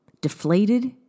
Deflated